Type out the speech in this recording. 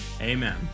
Amen